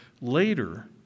later